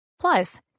Plus